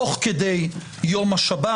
תוך כדי יום השבת,